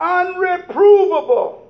unreprovable